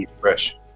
Fresh